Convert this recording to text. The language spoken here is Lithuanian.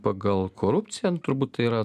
pagal korupciją turbūt tai yra